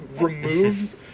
removes